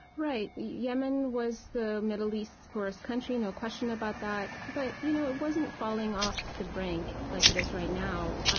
right. yemen was the middle east's poorest country, no question about that. but you know it wasn't falling off the brink like it is right now.